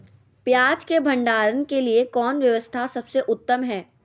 पियाज़ के भंडारण के लिए कौन व्यवस्था सबसे उत्तम है?